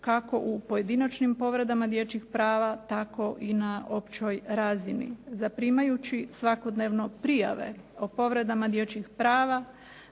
kako u pojedinačnim povredama dječjih prava tako i na općoj razini. Zaprimajući svakodnevno prijave o povredama dječjih prava,